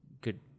good